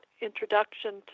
introduction